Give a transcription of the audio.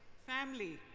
family,